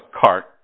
cart